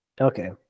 Okay